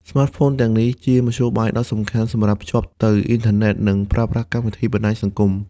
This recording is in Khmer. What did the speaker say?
ស្មាតហ្វូនទាំងនេះជាមធ្យោបាយដ៏សំខាន់សម្រាប់ភ្ជាប់ទៅអ៊ីនធឺណិត និងប្រើប្រាស់កម្មវិធីបណ្តាញសង្គម។